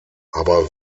aber